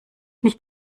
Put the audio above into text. nicht